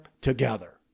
together